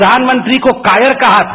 प्रधानमंत्री को कायर कहा था